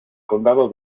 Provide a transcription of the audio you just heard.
condado